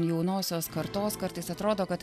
jaunosios kartos kartais atrodo kad